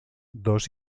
dos